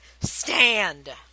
stand